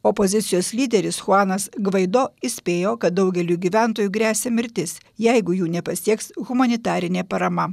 opozicijos lyderis chuanas gvaido įspėjo kad daugeliui gyventojų gresia mirtis jeigu jų nepasieks humanitarinė parama